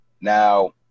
Now